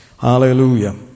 Hallelujah